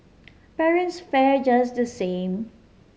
parents fare just the same